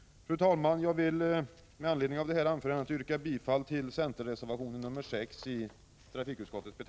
Fru talman! Jag vill med det anförda yrka bifall till centerreservationen nr 6.